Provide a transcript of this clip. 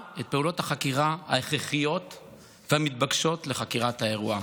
את פעולות החקירה ההכרחיות והמתבקשות לחקירת האירוע.